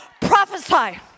prophesy